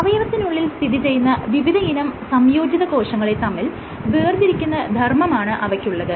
അവയവത്തിനുള്ളിൽ സ്ഥിതിചെയ്യുന്ന വിവിധയിനം സംയോജിതകോശങ്ങളെ തമ്മിൽ വേർതിരിക്കുന്ന ധർമ്മമാണ് അവയ്ക്കുള്ളത്